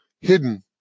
hidden